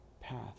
path